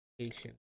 patient